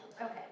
okay